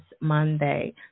Monday